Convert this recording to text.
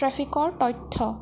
ট্ৰেফিকৰ তথ্য